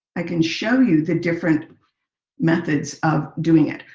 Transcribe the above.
i can show you the different methods of doing it.